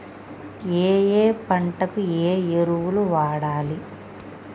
ఏయే పంటకు ఏ ఎరువులు వాడాలి?